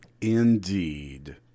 indeed